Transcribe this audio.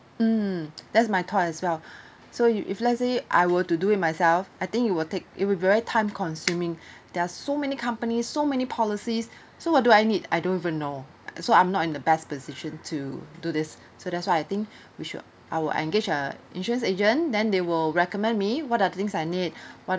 mm that's my thought as well so if if let's say I were to do it myself I think it will take it will very time consuming there are so many companies so many policies so what do I need I don't even know so I'm not in the best position to do this so that's why I think we should I will engage a insurance agent then they will recommend me what are the things I need what